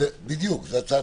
בדיוק, זו הצעת